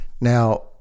Now